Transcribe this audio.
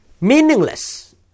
meaningless